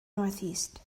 northeast